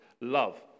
love